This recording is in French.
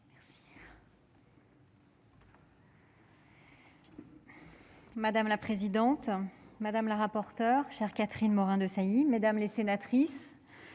Madame la présidente, madame la rapporteure- chère Catherine Morin-Desailly -, mesdames les sénatrices,